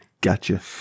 Gotcha